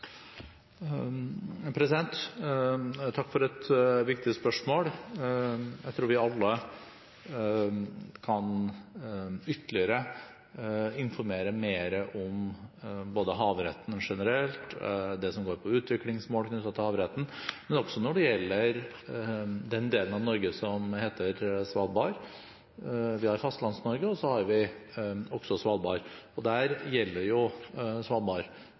Takk for et viktig spørsmål. Jeg tror vi alle kan ytterligere informere om både havretten generelt, det som går på utviklingsmål knyttet til havretten, og det som gjelder den delen av Norge som heter Svalbard. Vi har Fastlands-Norge, og så har vi Svalbard. Der gjelder